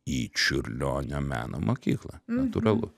į čiurlionio meno mokyklą natūralu